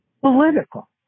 political